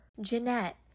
Jeanette